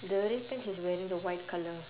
the red pants is wearing the white colour